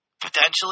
Potentially